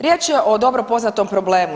Riječ je o dobro poznatom problemu.